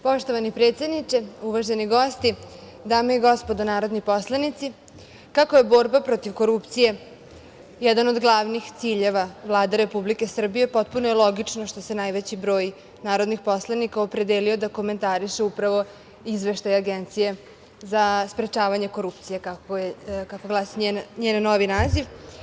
Poštovani predsedniče, uvaženi gosti, dame i gospodo narodni poslanici, kako je borba protiv korupcije jedan od glavnih ciljeva Vlade Republike Srbije, potpuno je logično što se najveći broj narodnih poslanika opredelio da komentariše upravo izveštaj Agencije za sprečavanje korupcije, kako glasi njen novi naziv.